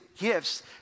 gifts